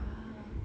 ah